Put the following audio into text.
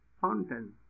fountains